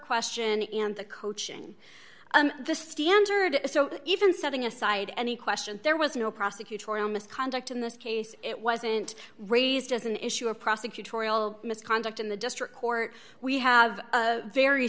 question and the coaching and the standard so even setting aside any question there was no prosecutorial misconduct in this case it wasn't raised as an issue of prosecutorial misconduct in the district court we have a very